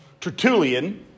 Tertullian